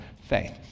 faith